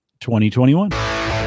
2021